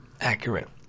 Accurate